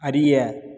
அறிய